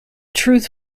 truth